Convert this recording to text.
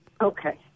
Okay